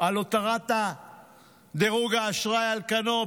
על הותרת דירוג האשראי על כנו,